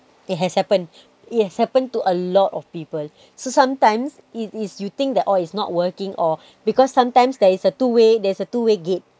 it has happened it has happened to a lot of people so sometimes it is you think that oh is not working or because sometimes there is a two way there is a two way gate